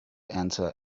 enter